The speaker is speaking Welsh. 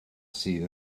sydd